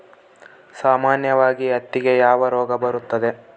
ಸಾಮಾನ್ಯವಾಗಿ ಹತ್ತಿಗೆ ಯಾವ ರೋಗ ಬರುತ್ತದೆ?